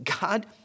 God